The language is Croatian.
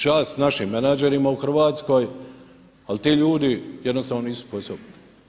Čast našim menadžerima u Hrvatskoj ali ti ljudi jednostavno nisu sposobni.